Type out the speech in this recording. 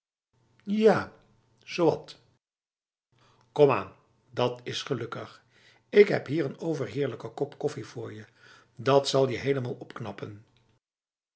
ja zowat komaan dat is gelukkig ik heb hier n overheerlijke kop koffie voor je dat zal je helemaal opknappen